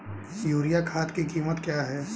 Urea खाद की कीमत क्या है?